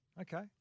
Okay